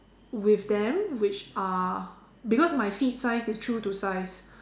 with them which are because my feet size is true to size